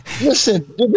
Listen